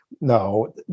no